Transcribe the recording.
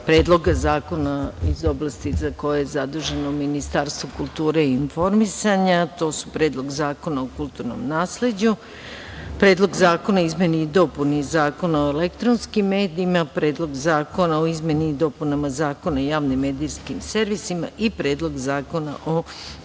predloga zakona, iz oblasti, za koje je zaduženo Ministarstvo kulture i informisanja. To su Predlog zakona o kulturnom nasleđu, Predlog zakona o izmenama i dopunama Zakona o elektronskim medijima, Predlog zakona o izmeni i dopunama Zakona o javnim medijskim servisima i Predlog zakona o